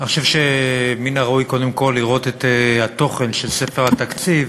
אני חושב שמן הראוי קודם כול לראות את התוכן של ספר התקציב